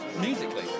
musically